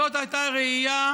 זאת הייתה ראייה